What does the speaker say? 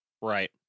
Right